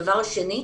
הדבר השני,